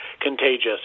contagious